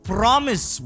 Promise